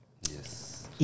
Yes